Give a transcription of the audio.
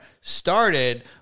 started